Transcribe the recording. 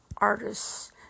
Artists